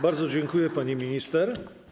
Bardzo dziękuję, pani minister.